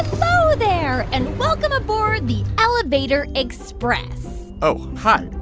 hello there, and welcome aboard the elevator express oh, hi.